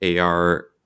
AR